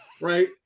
right